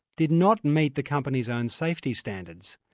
did not meet the company's own safety standards.